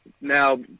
Now